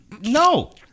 No